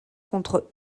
contre